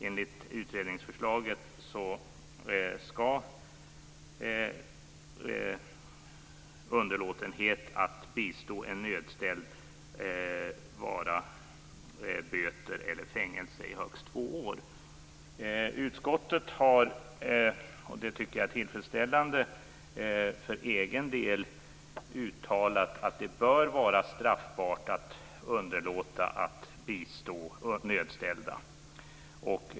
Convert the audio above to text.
Enligt utredningsförslaget skall underlåtenhet att bistå en nödställd ge böter eller fängelse i högst två år. Utskottet har, vilket jag tycker är tillfredsställande, uttalat att det bör vara straffbart att underlåta att bistå nödställda.